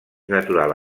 natural